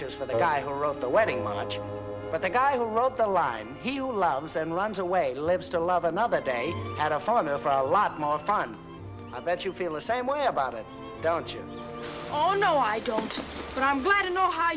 statues for the guy who wrote the wedding march but the guy who wrote the line he loves and runs away lives to love another day at a farmer from a lot more fun i bet you feel the same way about it don't you all know i don't and i'm glad to know how